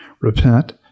Repent